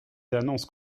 d’annonces